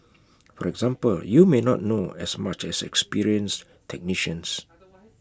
for example you may not know as much as experienced technicians